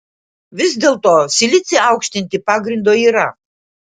vis dėlto silicį aukštinti pagrindo yra